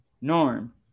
Norm